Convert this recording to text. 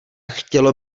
chtělo